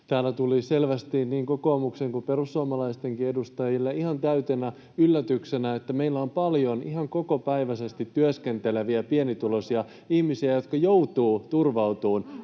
Täällä tuli selvästi niin kokoomuksen kuin perussuomalaistenkin edustajille ihan täytenä yllätyksenä, että meillä on paljon ihan kokopäiväisesti työskenteleviä pienituloisia ihmisiä, jotka joutuvat turvautumaan